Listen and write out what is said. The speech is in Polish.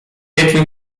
jakim